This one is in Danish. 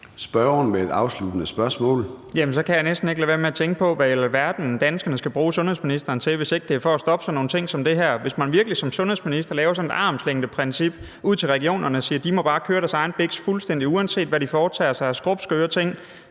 Spørgeren med et afsluttende spørgsmål. Kl. 13:30 Nick Zimmermann (DF): Jamen så kan jeg næsten ikke lade være med at tænke på, hvad i alverden danskerne skal bruge sundhedsministeren til, hvis ikke det er for at stoppe sådan nogle ting som det her. Hvis man virkelig som sundhedsminister har sådan et armslængdeprincip ud til regionerne og siger, at de bare må køre deres egen biks fuldstændig, og at sundhedsministeren, uanset hvad de foretager sig af skrubskøre ting,